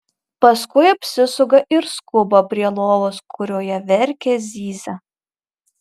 paskui apsisuka ir skuba prie lovos kurioje verkia zyzia